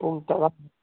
ꯄꯨꯡ ꯇꯔꯥ